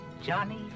johnny